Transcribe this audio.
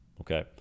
okay